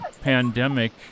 pandemic